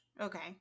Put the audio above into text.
Okay